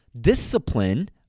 Discipline